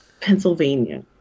Pennsylvania